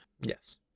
Yes